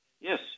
Yes